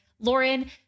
lauren